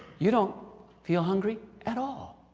you don't feel hungry at all.